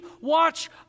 watch